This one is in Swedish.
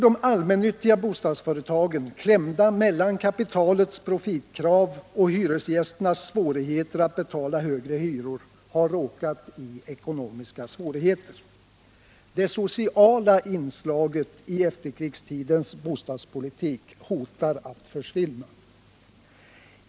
De allmännyttiga bostadsföretagen — klämda mellan kapitalets profitkrav och hyresgästernas svårigheter att betala högre hyror — har råkat i ekonomiska svårigheter. Det sociala inslaget i efterkrigstidens bostadspolitik hotar att försvinna.